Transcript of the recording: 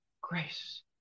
grace